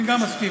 אני גם מסכים.